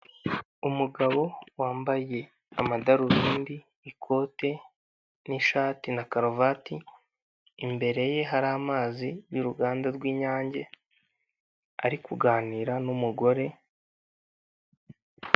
Umugabo wambaye amadarubindi, ikote ni'ishati na karuvati, imbere ye hari amazi y'uruganda rw'lnyange, ari kuganira n'umugore...